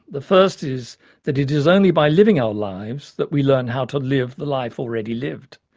the first is that it is only by living our lives that we learn how to live the life already lived.